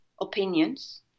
opinions